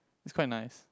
it's quite nice